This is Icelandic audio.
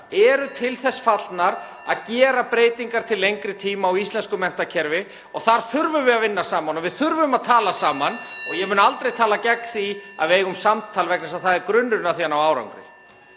(Forseti hringir.) að gera breytingar til lengri tíma á íslensku menntakerfi og þar þurfum við að vinna saman og við þurfum að tala saman. (Forseti hringir.) Ég mun aldrei tala gegn því að við eigum samtal vegna þess að það er grunnurinn að því að ná árangri.